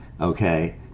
Okay